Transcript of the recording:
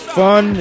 fun